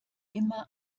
immer